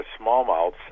smallmouths